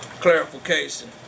clarification